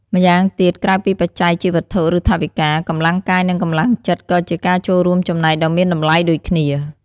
ម្យ៉ាងទៀតក្រៅពីបច្ច័យជាវត្ថុ ឬថវិកា កម្លាំងកាយ និងកម្លាំងចិត្ត ក៏ជាការចូលរួមចំណែកដ៏មានតម្លៃដូចគ្នា។